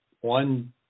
one